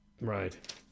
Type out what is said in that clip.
Right